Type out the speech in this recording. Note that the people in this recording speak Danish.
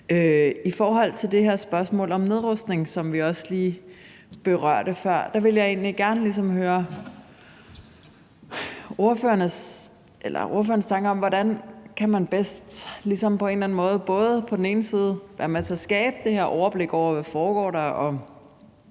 I forhold til det her spørgsmål om nedrustning, som vi også lige berørte før, vil jeg egentlig gerne ligesom høre ordførerens tanker om, hvordan man bedst på en eller anden måde kan skabe det her overblik over, hvad der foregår